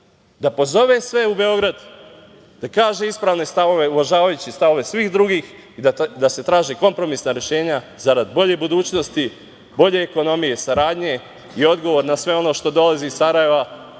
je pozvao sve u Beograd i da kaže ispravne stavove, uvažavajući stavove svih drugih, da se traže kompromisna rešenja zarad bolje budućnosti, zarad bolje ekonomije, saradnje. Odgovor na sve ono što dolazi iz Sarajeva